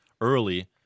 early